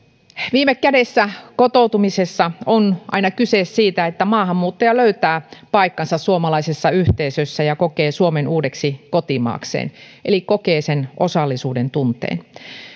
viime kädessä kotoutumisessa on aina kyse siitä että maahanmuuttaja löytää paikkansa suomalaisessa yhteisössä ja kokee suomen uudeksi kotimaakseen eli kokee osallisuuden tunteen